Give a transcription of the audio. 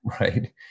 right